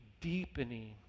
deepening